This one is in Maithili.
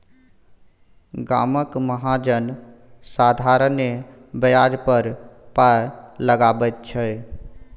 गामक महाजन साधारणे ब्याज पर पाय लगाबैत छै